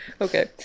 okay